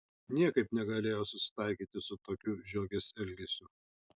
niekaip negalėjo susitaikyti su tokiu žiogės elgesiu